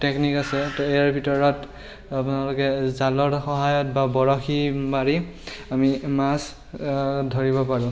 technique আছে ইয়াৰ ভিতৰত আপোনালোকে জালৰ সহায়ত বা বৰশি মাৰি আমি মাছ ধৰিব পাৰোঁ